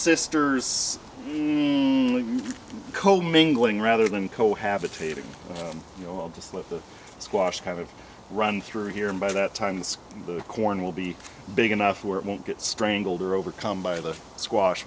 sisters commingling rather than cohabitate you know just let the squash kind of run through here and by that times the corn will be big enough where it won't get strangled or overcome by the squash